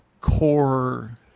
core